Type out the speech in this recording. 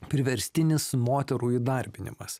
priverstinis moterų įdarbinimas